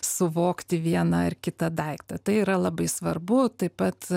suvokti vieną ar kitą daiktą tai yra labai svarbu taip pat